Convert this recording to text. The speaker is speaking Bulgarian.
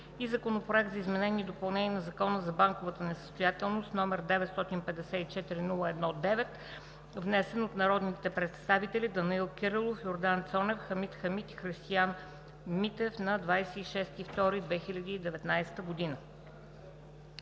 Законопроект за изменение и допълнение на Закона за банковата несъстоятелност, № 954-01-9, внесен от народните представители Данаил Кирилов, Йордан Цонев, Хамид Хамид и Христиан Митев на 26 февруари